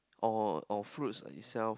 or or fruits itself